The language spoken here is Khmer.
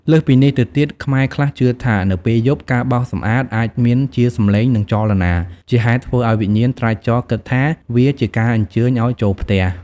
លើសពីនេះទៅទៀត ខ្មែរខ្លះជឿថា នៅពេលយប់ ការបោសសម្អាតអាចមានជាសំឡេងនិងចលនា ជាហេតុធ្វើឱ្យវិញ្ញាណត្រាច់ចរគិតថាវាជាការអញ្ជើញឱ្យចូលផ្ទះ។